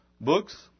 books